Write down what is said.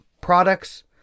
products